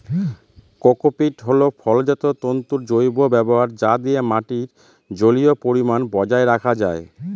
cocopeat হল ফলজাত তন্তুর জৈব ব্যবহার যা দিয়ে মাটির জলীয় পরিমান বজায় রাখা যায়